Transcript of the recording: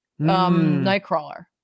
nightcrawler